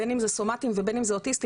בין אם זה סומטיים ובין אם זה אוטיסטים,